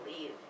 leave